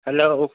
hello